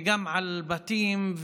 גם על בתים,